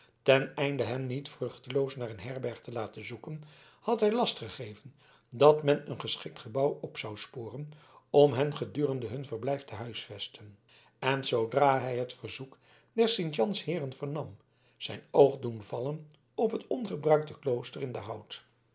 ten einde hen niet vruchteloos naar een herberg te laten zoeken had hij last gegeven dat men een geschikt gebouw op zou sporen om hen gedurende hun verblijf te huisvesten en zoodra hij het verzoek der sint jans heeren vernam zijn oog doen vallen op het ongebruikte klooster in den hout